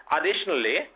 Additionally